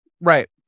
Right